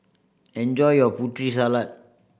enjoy your Putri Salad